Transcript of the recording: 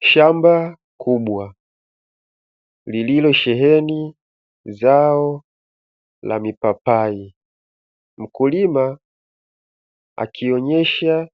Shamba kubwa lililosheheni zao la mipapai, mkulima akionyesha